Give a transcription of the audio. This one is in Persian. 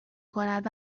کند